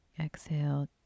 Exhale